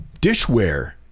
dishware